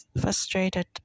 frustrated